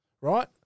Right